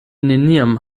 neniam